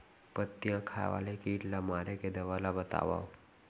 पत्तियां खाए वाले किट ला मारे के दवा ला बतावव?